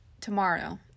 tomorrow